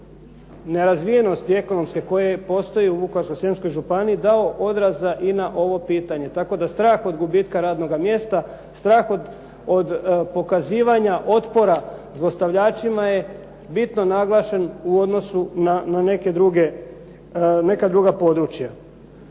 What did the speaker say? dio nerazvijenosti ekonomske koja postoji u Vukovarsko-srijemskoj županiji dao odraza i na ovo pitanje tako da strah od gubitka radnoga mjesta, strah od pokazivanja otpora zlostavljačima je bitno naglašen u odnosu na neka druga područja.